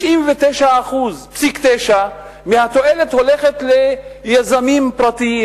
אבל 99.9% מהתועלת הולכת ליזמים פרטיים,